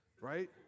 right